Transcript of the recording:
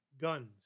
guns